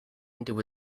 into